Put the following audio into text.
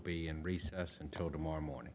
be in recess until tomorrow morning